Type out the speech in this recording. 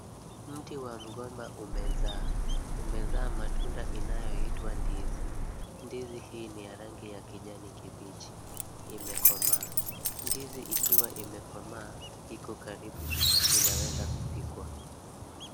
Mti wa mgomba umezaa. Umezaa matunda inayoitwa ndizi. Ndizi hii ni ya rangi ya kijani kibichi, imekomaa. Ndizi ikiwa imekomaa iko karibu, inaweza kupikwa.